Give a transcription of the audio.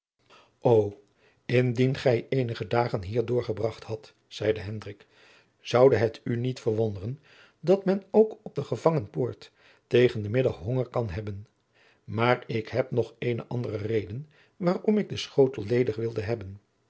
indien gij eenige dagen hier doorgebracht had zeide hendrik zoude het u niet verwonderen dat men ook op de gevangenpoort tegen jacob van lennep de pleegzoon den middag honger kan hebben maar ik heb nog eene andere reden waarom ik den schotel ledig wilde hebben